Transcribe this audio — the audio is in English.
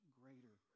greater